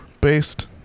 based